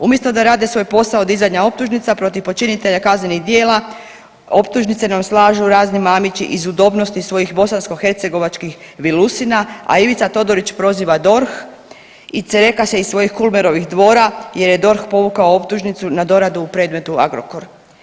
Umjesto da rade svoj posao dizanja optužnica protiv počinitelja kaznenih djela, optužnice nam slažu razni Mamići iz udobnosti svojih bosanskohercegovačkih vilusina, a Ivica Todorić proziva DORH i cereka se iz svojih Kulmerović dvora jer je DORH povukao optužnicu na doradu u predmet Agrokor.